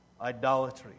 Idolatry